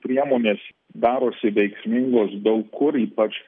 priemonės darosi veiksmingos daug kur ypač